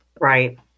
Right